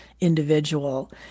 individual